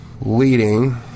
leading